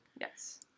Yes